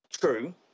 true